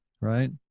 right